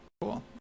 cool